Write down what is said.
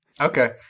okay